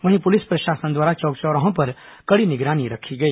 वहीं पुलिस प्रशासन द्वारा चौक चौराहों पर कड़ी निगरानी रखी गई